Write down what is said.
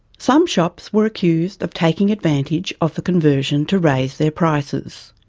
some shops were accused of taking advantage of the conversion to raise their prices.